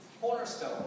cornerstone